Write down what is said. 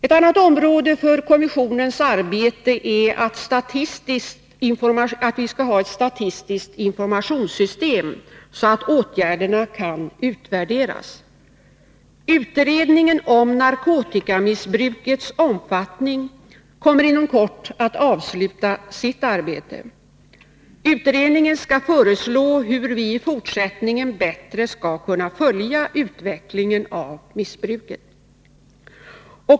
Ett annat område för kommissionens arbete gäller att vi skall ha ett statistiskt informationssystem, så att åtgärderna kan utvärderas. Utredningen om narkotikamissbrukets omfattning kommer inom kort att avsluta sitt arbete. Utredningen skall föreslå hur vi i fortsättningen bättre skall kunna följa utvecklingen av missbruket.